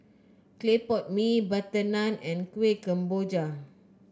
Clay Pot Mee butter naan and Kuih Kemboja